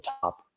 top